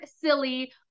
silly